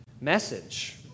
message